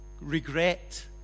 regret